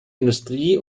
industrie